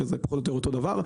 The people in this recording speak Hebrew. שזה פחות או יותר אותו דבר.